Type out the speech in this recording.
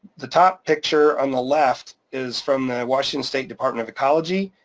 the top picture on the left is from the washington state department of ecology,